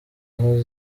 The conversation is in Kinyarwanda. aho